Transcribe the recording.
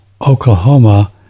Oklahoma